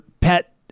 pet